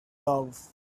love